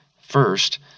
first